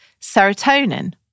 serotonin